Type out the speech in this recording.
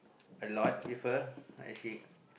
a lot with her I actually